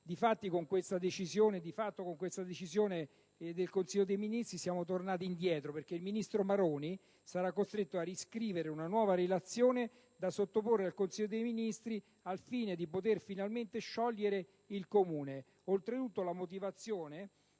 Di fatto, con questa decisione del Consiglio dei ministri siamo tornati indietro, perché il ministro Maroni sarà costretto a scrivere una nuova relazione da sottoporre al Consiglio dei ministri al fine di poter finalmente sciogliere il Consiglio comunale. Oltretutto, la motivazione